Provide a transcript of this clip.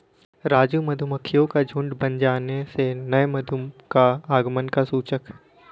राजू मधुमक्खियों का झुंड बन जाने से नए मधु का आगमन का सूचक है